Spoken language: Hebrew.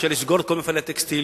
אפשר לסגור את כל מפעלי הטקסטיל,